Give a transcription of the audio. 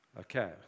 Okay